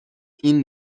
این